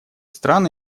стран